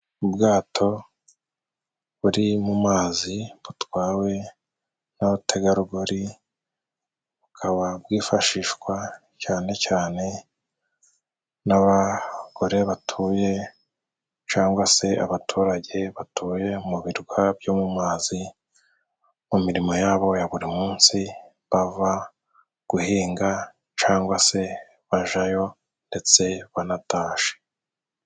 Ubwato buri mu mazi butwawe n'abategarugori, bukaba bwifashishwa cane cane n'abagore batuye cangwa se abaturage batuye mu birwa byo mu mazi, mu mirimo yabo ya buri munsi bava guhinga cangwa se bajayo ndetse banatashe.